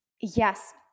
Yes